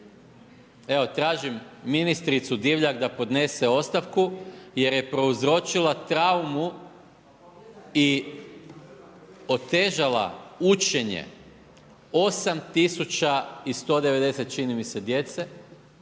Evo, tražim ministricu Divjak da podnese ostavku jer je prouzročila traumu i otežala učenje 8190 čini mi se djece,